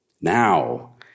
Now